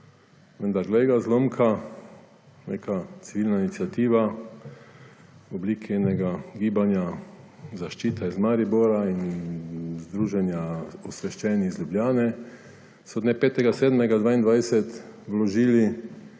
Vendar, glej ga zlomka, neka civilna iniciativa v obliki enega gibanja, zaščita iz Maribora in združenja osveščenih iz Ljubljane, so dne 5. 7. 2022 vložili